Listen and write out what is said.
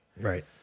Right